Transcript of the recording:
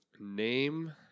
Name